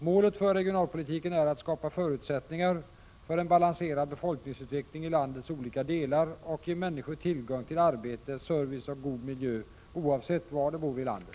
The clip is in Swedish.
Målet för regionalpolitiken är att skapa förutsättningar för en balanserad befolkningsutveckling i landets olika delar och ge människor tillgång till arbete, service och god miljö oavsett var de bor i landet.